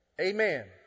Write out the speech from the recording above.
Amen